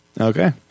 Okay